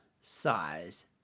size